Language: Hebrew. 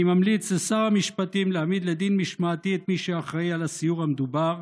אני ממליץ לשר המשפטים להעמיד לדין משמעתי את מי שאחראי לסיור המדובר,